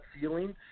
feeling